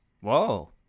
Whoa